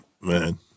Man